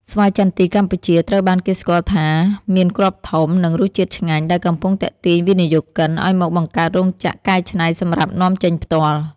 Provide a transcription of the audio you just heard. ស្វាយចន្ទីកម្ពុជាត្រូវបានគេស្គាល់ថាមានគ្រាប់ធំ និងរសជាតិឆ្ងាញ់ ដែលកំពុងទាក់ទាញវិនិយោគិនឱ្យមកបង្កើតរោងចក្រកែច្នៃសម្រាប់នាំចេញផ្ទាល់។